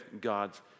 god's